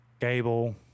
Gable